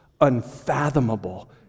unfathomable